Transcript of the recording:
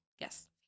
yes